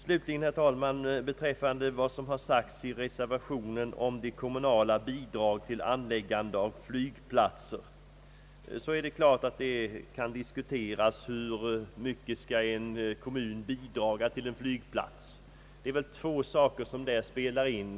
Slutligen, herr talman, vill jag säga några ord om reservationen beträffande kommunala bidrag till anläggande av flygplatser. Det kan naturligtvis diskuteras hur mycket en kommun skall bidraga med till anläggandet av flygplats. Här spelar två faktorer in.